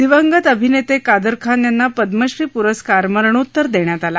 दिवंगत अभिनत्त्विदरखान यांना पद्मश्री पुरस्कार मरणोत्तर दृष्यात आला